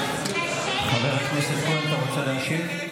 חבר הכנסת כהן, אתה רוצה להשיב?